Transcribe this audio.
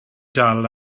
dal